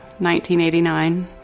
1989